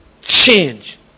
change